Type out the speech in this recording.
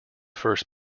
first